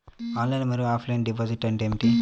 Online మరియు offline deposit అంటే ఏమిటి?